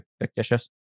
fictitious